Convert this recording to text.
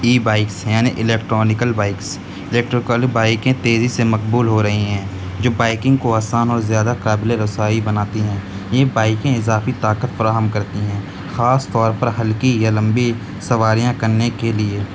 ای bikes ہیں یعنی electronical bikes electrically بائکیں تیزی سے مقبول ہو رہی ہیں جو بائکنگ کو آسان اور زیادہ قابل رسائی بناتی ہیں ای بائکنگ اضافی طاقت فراہم کرتی ہیں خاص طور پر ہلکی یا لمبی سواریاں کرنے کے لیے